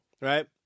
right